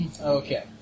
Okay